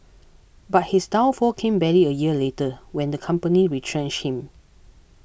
but his downfall came barely a year later when the company retrenched him